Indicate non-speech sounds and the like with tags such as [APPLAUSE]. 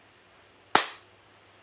[NOISE]